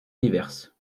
diverses